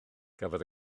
cafodd